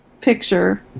picture